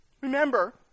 Remember